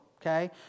Okay